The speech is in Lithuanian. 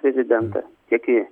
prezidentą tiek į